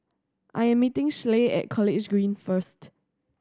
I am meeting Schley at College Green first